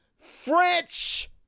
French